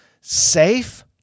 Safe